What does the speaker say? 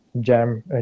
jam